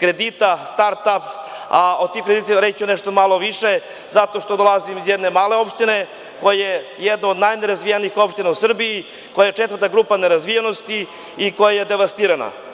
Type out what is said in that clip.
kredita, a o tim kreditima ću reći nešto malo više zato što dolazim iz jedne male opštine, koja je jedna od najnerazvijenijih opština u Srbiji, koja je četvrta grupa nerazvijenosti i koja je devastirana.